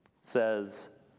says